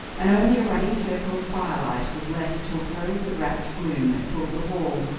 and only a ruddy circle of firelight was left to oppose the rapt gloom that filled the hall,